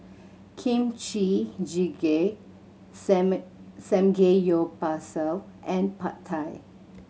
Kimchi Jjigae Samgeyopsal and Pad Thai